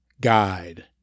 guide